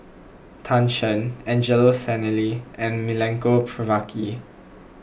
Tan Shen Angelo Sanelli and Milenko Prvacki